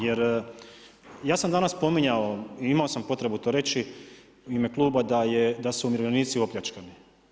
Jer ja sam danas spominjao i imao sam potrebu to reći u ime kluba da su umirovljenici opljačkani.